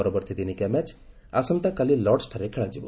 ପରବର୍ତ୍ତୀ ଦିନିକିଆ ମ୍ୟାଚ୍ ଆସନ୍ତାକାଲି ଲର୍ଡସଠାରେ ଖେଳାଯିବ